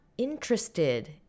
interested